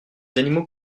animaux